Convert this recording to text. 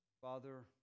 Father